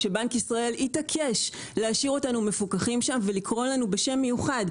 שבנק ישראל התעקש להשאיר אותנו מפוקחים שם ולקרוא לנו בשם מיוחד,